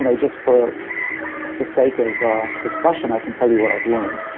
you know just for the sake of discussion, i can tell you what i've learned.